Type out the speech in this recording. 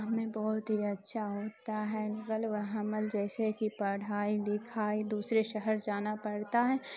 ہمیں بہت ہی اچھا ہوتا ہے نقل و حمل جیسے کہ پڑھائی لکھائی دوسرے شہر جانا پڑتا ہے